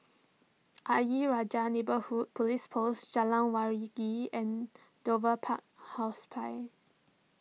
Ayer Rajah Neighbourhood Police Post Jalan Waringin and Dover Park Hospice